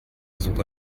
suche